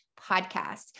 podcast